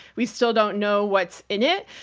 we still don't know what's in it,